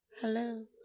Hello